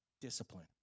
discipline